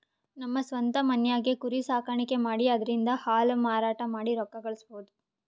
ನಮ್ ಸ್ವಂತ್ ಮನ್ಯಾಗೆ ಕುರಿ ಸಾಕಾಣಿಕೆ ಮಾಡಿ ಅದ್ರಿಂದಾ ಹಾಲ್ ಮಾರಾಟ ಮಾಡಿ ರೊಕ್ಕ ಗಳಸಬಹುದ್